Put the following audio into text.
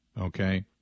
Okay